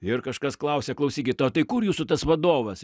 ir kažkas klausia klausykit o tai kur jūsų tas vadovas